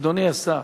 אדוני השר,